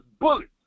bullets